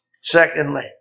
Secondly